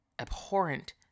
abhorrent